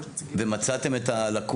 מצאתם את הלקונה,